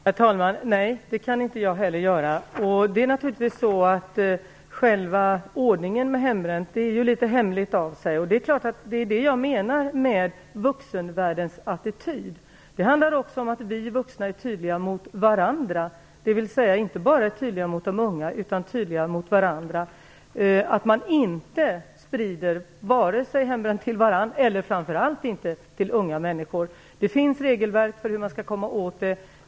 Herr talman! Nej, det kan inte jag heller göra. Ordningen vad gäller hembränning är naturligtvis litet hemlig. Det är här jag menar att vuxenvärldens attityder kommer in. Det handlar också om att vi vuxna är tydliga mot varandra och inte bara mot de unga, att man inte skall sprida hembränt till varandra och framför allt inte till unga människor. Det finns regelverk för hur man skall komma åt det.